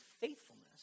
faithfulness